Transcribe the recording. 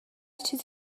چیزی